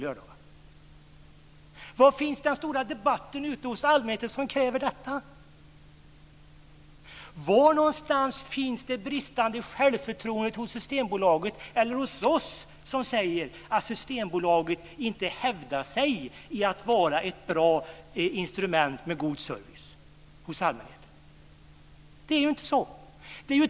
Var finns det folkliga ropet på att öppna Var finns det bristande självförtroendet hos Systembolaget, eller hos oss, som säger att Systembolaget inte hävdar sig i att vara ett bra instrument med god service åt allmänheten? Detta finns ju inte.